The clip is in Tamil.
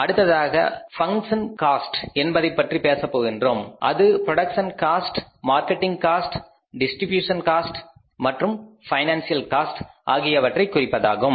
அடுத்ததாக பங்க்ஷன் காஸ்ட் என்பதைப் பற்றி பேசப் போகின்றோம் அது production cost marketing cost distribution cost மற்றும் பைனான்சியல் காஸ்ட் ஆகியவற்றைக் குறிப்பதாகும்